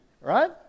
right